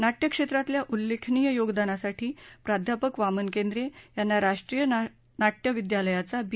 नाट्य क्षेत्रातल्या उल्लेखनीय योगदानासाठी प्राध्यापक वामन केंद्रे यांना राष्ट्रीय नाट्य विद्यालयाचा बी